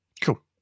Cool